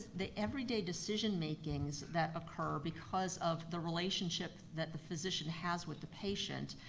the everyday decision makings that occur because of the relationship that the physician has with the patient.